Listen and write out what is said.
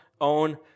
own